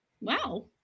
wow